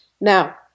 Now